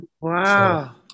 Wow